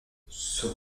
son